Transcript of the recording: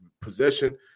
possession